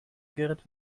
gerrit